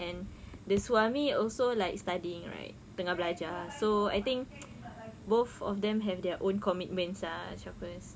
and the suami also like studying right tengah belajar so I think both of them have their own commitments ah macam first